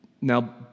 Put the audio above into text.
Now